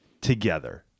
together